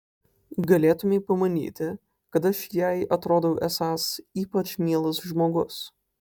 galėtumei pamanyti kad aš jai atrodau esąs ypač mielas žmogus